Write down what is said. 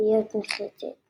מהתחייבות נחרצת.